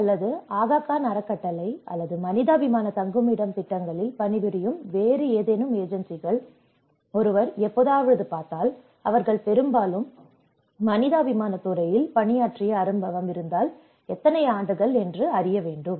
P அல்லது ஆகாகான் அறக்கட்டளை அல்லது மனிதாபிமான தங்குமிடம் திட்டங்களில் பணிபுரியும் வேறு ஏதேனும் ஏஜென்சிகள் ஒருவர் எப்போதாவது பார்த்தால் அவர்கள் பெரும்பாலும் மனிதாபிமான துறையில் பணியாற்றிய அனுபவம் இருந்தால் எத்தனை ஆண்டுகள் என்று அறிய வேண்டும்